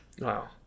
Wow